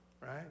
right